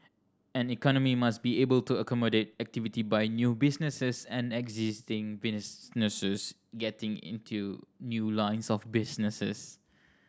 an economy must be able to accommodate activity by new businesses and existing businesses getting into new lines of businesses